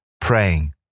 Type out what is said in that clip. Praying